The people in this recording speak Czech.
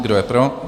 Kdo je pro?